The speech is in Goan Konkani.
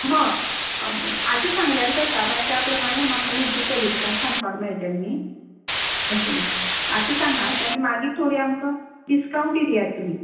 हय आतां सांगल्यार जाता मागीर त्या प्रमाणें म्हाका म्हाजी कलिक्सांक सांगपाक मेळटलें न्ही तशें म्हण आता सांगात आनी मागीर थोडें आमकां डिस्कावंट दियात तुमी